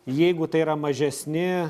jeigu tai yra mažesni